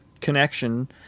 connection